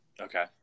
Okay